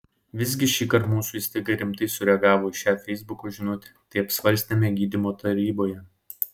visgi šįkart mūsų įstaiga rimtai sureagavo į šią feisbuko žinutę tai apsvarstėme gydymo taryboje